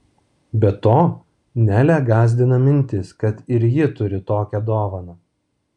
be to nelę gąsdina mintis kad ir ji turi tokią dovaną